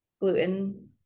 gluten